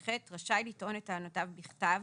26ח רשאי לטעון את טענותיו בכתב